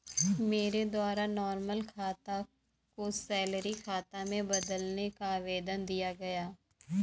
मेरे द्वारा नॉर्मल खाता को सैलरी खाता में बदलने का आवेदन दिया गया